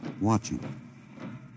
watching